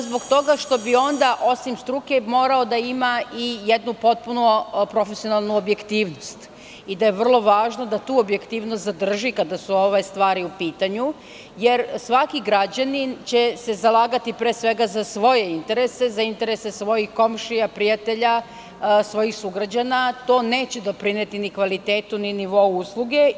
Zbog toga što bi onda, osim struke, morao da ima i jednu potpuno profesionalnu objektivnost i vrlo je važno da tu objektivnost zadrži kada su ove stvari u pitanju, jer svaki građanin će se zalagati pre svega za svoje interese, za interese svojih komšija, prijatelja, svojih sugrađana, a to neće doprineti ni kvalitetu ni nivou usluge.